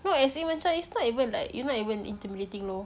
no as in macam is not even like you not even intimidating [lorh]